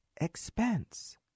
expense